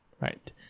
right